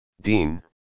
Dean